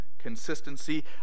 Consistency